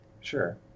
Sure